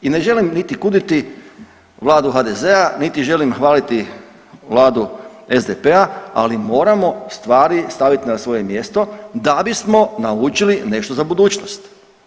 I ne želim niti kuditi vladu HDZ-a, niti želim hvaliti vladu SDP-a, ali moramo stvari staviti na svoje mjesto da bismo naučili nešto za budućnost.